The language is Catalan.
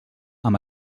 amb